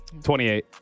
28